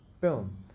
boom